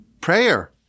prayer